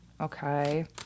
okay